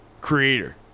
creator